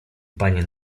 pani